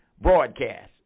broadcast